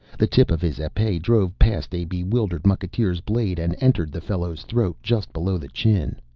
the tip of his epee drove past a bewildered mucketeer's blade and entered the fellow's throat just below the chin.